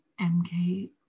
MK